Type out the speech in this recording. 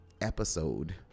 episode